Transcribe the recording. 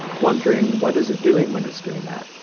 wondering what is it doing when it's doing that?